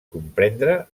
comprendre